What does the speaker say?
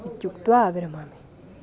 इत्युक्त्वा विरमामि